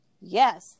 Yes